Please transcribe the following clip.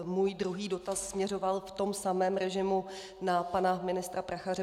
Můj druhý dotaz směřoval v tom samém režimu na pana ministra Prachaře.